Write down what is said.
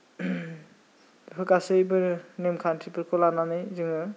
बेफोर गासैबो नेमखान्थिफोरखौ लानानै जोङो